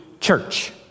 church